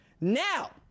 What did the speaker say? Now